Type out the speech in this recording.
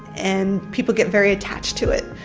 and people get very attached to it.